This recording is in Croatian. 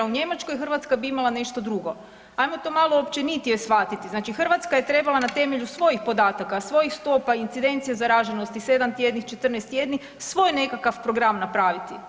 U Njemačkoj Hrvatska bi imala nešto drugo, ajmo to malo općenitije shvatiti, znači Hrvatska je trebala na temelju svojih podataka, svojih stopa incidencije zaraženosti, 7 tjednih, 14 tjednih svoj nekakav program napraviti.